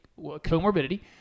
comorbidity